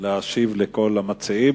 להשיב לכל המציעים.